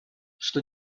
что